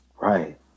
right